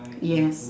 yes